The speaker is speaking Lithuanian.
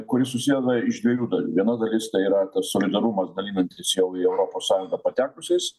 kuris susideda iš dviejų viena dalis tai yra tas solidarumas dalinantis jau į europos sąjungą patekusiais